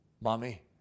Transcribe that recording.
Mommy